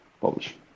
publish